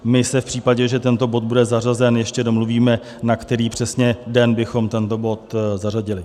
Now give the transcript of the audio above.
My se v případě, že tento bod bude zařazen, ještě domluvíme, na který přesně den bychom tento bod zařadili.